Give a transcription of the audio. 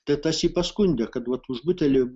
tai tas jį paskundė kad vat už butelį